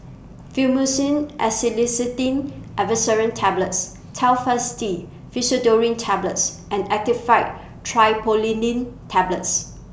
Fluimucil Acetylcysteine Effervescent Tablets Telfast D Pseudoephrine Tablets and Actifed Triprolidine Tablets